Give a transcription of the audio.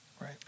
Right